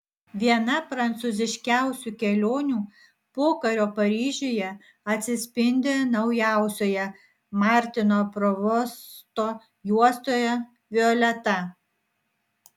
viena prancūziškiausių kelionių pokario paryžiuje atsispindi naujausioje martino provosto juostoje violeta